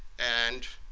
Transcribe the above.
and